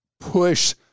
push